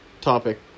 topic